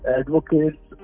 advocates